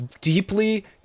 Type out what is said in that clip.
deeply